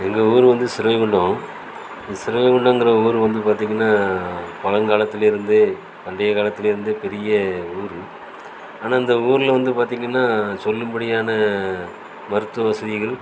எங்கள் ஊர் வந்து சிறுவைகுண்டம் இந்த சிறுவைகுண்டங்கிற ஊர் வந்து பார்த்திங்கன்னா பழங்காலத்துலேருந்தே பண்டைய காலத்துலேருந்தே பெரிய ஊர் ஆனால் இந்த ஊரில் வந்து பார்த்திங்கன்னா சொல்லும்படியான மருத்துவ வசதிகள்